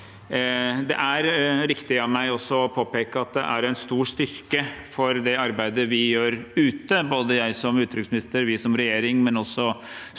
Det er riktig av meg også å påpeke at det er en stor styrke for det arbeidet vi gjør ute – både jeg som utenriksminister, vi som regjering, og også